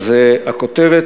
אז הכותרת